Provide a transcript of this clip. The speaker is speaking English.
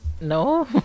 No